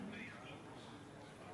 ברשות יושב-ראש הכנסת,